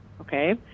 okay